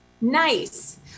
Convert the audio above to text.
Nice